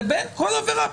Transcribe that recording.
לבין כל עבירה פלילית.